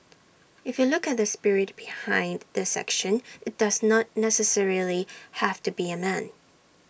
if you look at the spirit behind the section IT does not necessarily have to be A man